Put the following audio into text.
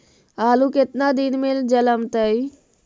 आलू केतना दिन में जलमतइ?